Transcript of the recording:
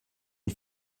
une